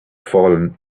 fallen